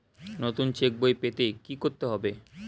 নতুন চেক বই পেতে কী করতে হবে?